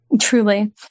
Truly